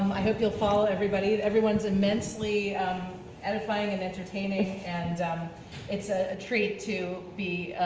um i hope you'll follow everybody. everyone's immensely edifying and entertaining, and it's a treat to be,